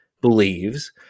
believes